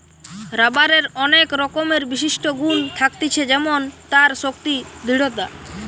রাবারের অনেক রকমের বিশিষ্ট গুন থাকতিছে যেমন তার শক্তি, দৃঢ়তা